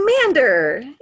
commander